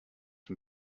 dem